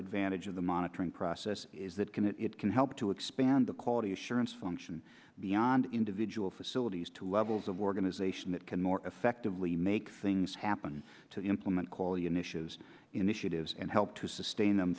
advantage of the monitoring process is that can it it can help to expand the quality assurance function beyond individual facilities to levels of organization that can more effectively make things happen to implement quality initiatives initiatives and help to sustain them